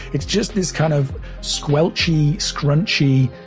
it's just this kind of squelchy, scrunchy,